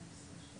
או